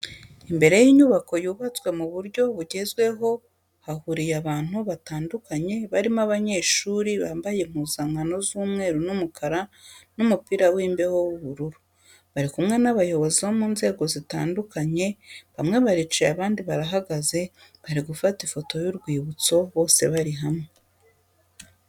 Imbere y'inyubako yubatswe mu buryo bugezweho, hahuriye abantu batandukanye, barimo abanyeshuri bambaye impuzankano z'umweru n'umukara n'umupira w'imbeho w'ubururu, bari kumwe n'abayobozi bo mu nzego zitandukanye bamwe baricaye abandi barahagaze, bari gufata ifoto y'urwibutso bose bari hamwe.